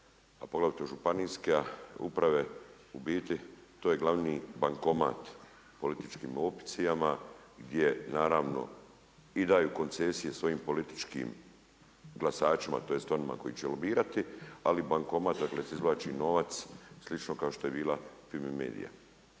a poglavito županijske uprave, u biti to je glavni bankomat političkim opcijama, gdje naravno i daju koncesije svojim političkim glasačima, tj. onima koji će lobirati, ali bankomat od vas izvlači novac, slično kao što je bila Fime medija.